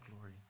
glory